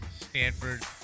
Stanford